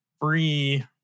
free